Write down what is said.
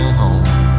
home